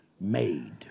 made